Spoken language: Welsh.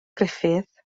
gruffudd